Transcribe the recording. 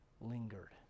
lingered